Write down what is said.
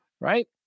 Right